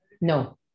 No